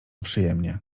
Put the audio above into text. przyjemnie